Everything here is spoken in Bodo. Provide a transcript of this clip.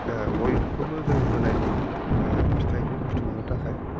बयखौबो जों होनाय नुयो फिथाइखौ बुथुमनो थाखाय